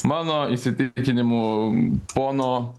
mano įsitikinimu pono